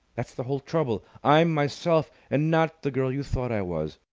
that's the whole trouble! i'm myself and not the girl you thought i was!